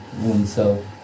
oneself